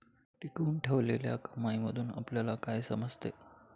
टिकवून ठेवलेल्या कमाईमधून आपल्याला काय समजते?